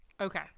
Okay